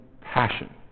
passion